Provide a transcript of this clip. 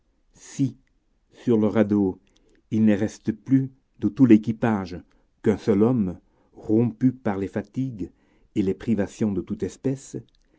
si sur le radeau il ne reste plus de tout l'équipage qu'un seul homme rompu par les fatigues et les privations de toute espèce